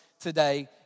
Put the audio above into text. today